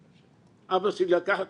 אבא שלי לקח אותי,